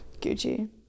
gucci